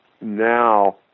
now